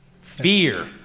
Fear